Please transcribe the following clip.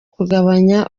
kugabanya